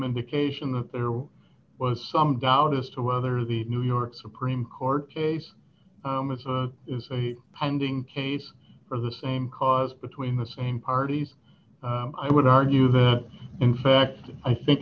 indication that there was some doubt as to whether the new york supreme court case is a pending case for the same cause between the same parties i would argue that in fact i think